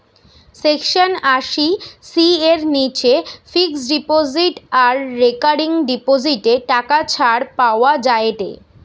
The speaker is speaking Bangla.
সেকশন আশি সি এর নিচে ফিক্সড ডিপোজিট আর রেকারিং ডিপোজিটে টাকা ছাড় পাওয়া যায়েটে